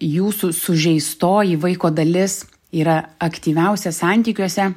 jūsų sužeistoji vaiko dalis yra aktyviausia santykiuose